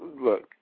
Look